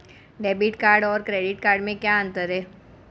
Debit card और credit card में क्या अंतर है?